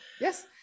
Yes